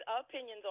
opinions